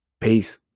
Peace